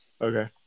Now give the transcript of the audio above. okay